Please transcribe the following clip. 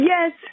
Yes